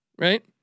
right